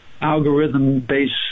algorithm-based